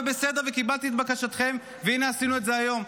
ובסדר, וקיבלתי את בקשתכם, ועשינו את זה היום.